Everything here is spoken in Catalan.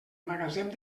magatzem